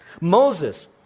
Moses